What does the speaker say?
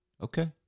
Okay